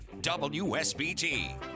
WSBT